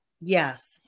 Yes